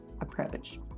approach